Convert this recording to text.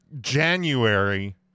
January